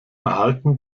erhalten